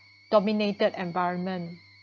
dominated environment